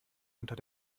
unter